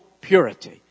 purity